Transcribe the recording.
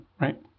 right